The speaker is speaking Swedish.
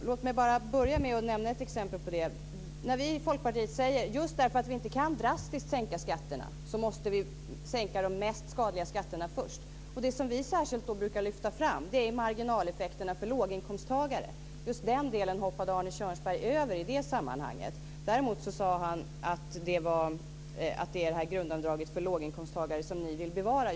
Låt mig bara börja med att nämna ett exempel på det. Just därför att vi inte drastiskt kan sänka skatterna måste vi sänka de mest skadliga skatterna först. Det som vi då särskilt brukar lyfta fram är marginaleffekterna för låginkomsttagare. Just den delen hoppade Arne Kjörnsberg över i det sammanhanget. Däremot sade han att det är grundavdraget för låginkomsttagare som socialdemokraterna vill bevara.